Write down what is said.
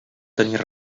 tenir